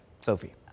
Sophie